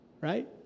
Right